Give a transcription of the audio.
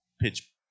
pitch